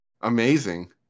Amazing